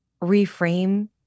reframe